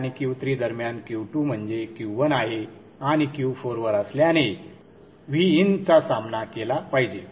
आणि Q3 दरम्यान Q2 म्हणजे Q1 आहे आणि Q4 वर असल्याने Vin चा सामना केला पाहिजे